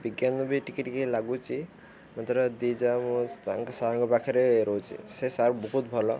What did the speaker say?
ବିଜ୍ଞାନ ବି ଟିକେ ଟିକେ ଲାଗୁଛି ଯାହା ମୁଁ ସାର୍ଙ୍କ ପାଖରେ ରହୁଛି ସେ ସାର୍ ବହୁତ ଭଲ